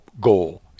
goal